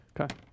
Okay